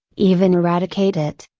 even eradicate it.